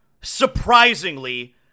surprisingly